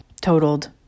totaled